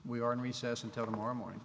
we are in recess until tomorrow morning